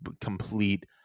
complete